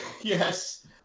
Yes